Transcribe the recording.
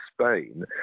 Spain